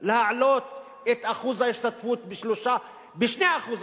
להעלות את אחוז ההשתתפות ב-3% ב-2% אפילו?